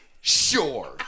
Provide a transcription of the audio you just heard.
sure